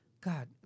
God